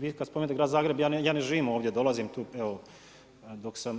Vi kada spomenete grad Zagreb, ja ne živim ovdje, dolazim